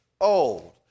old